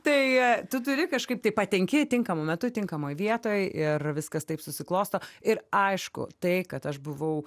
tai tu turi kažkaip tai patenki tinkamu metu tinkamoj vietoj ir viskas taip susiklosto ir aišku tai kad aš buvau